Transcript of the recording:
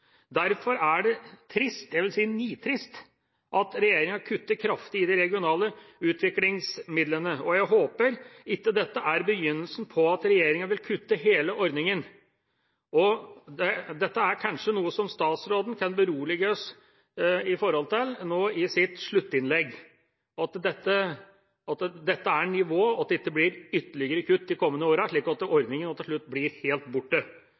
Derfor er det trist, jeg vil si nitrist, at regjeringa kutter kraftig i de regionale utviklingsmidlene. Jeg håper ikke dette er begynnelsen på at regjeringa vil kutte hele ordningen. Statsråden kan kanskje berolige oss når det gjelder dette i sitt sluttinnlegg – at dette er nivået, og at det ikke blir ytterligere kutt de kommende årene, slik at ordningen til slutt blir helt borte.